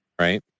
right